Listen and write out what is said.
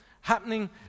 happening